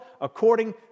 according